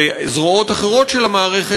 בזרועות אחרות של המערכת,